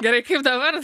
gerai kaip dabar